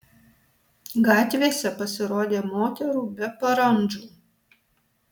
gatvėse pasirodė moterų be parandžų